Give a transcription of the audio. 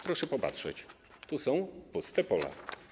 Proszę popatrzeć, tu są puste pola.